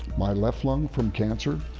my left lung from cancer,